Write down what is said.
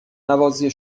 نوازی